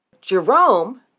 Jerome